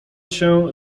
się